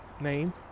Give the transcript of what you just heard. name